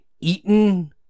eaten